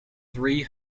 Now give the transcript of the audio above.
three